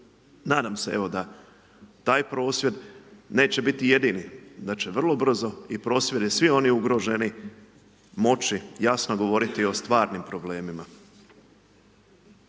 Nadam se evo da taj prosvjed neće biti jedini. Da će vrlo brzo i prosvjede svi oni ugroženi moći jasno govoriti o stvarnim problemima.